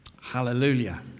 Hallelujah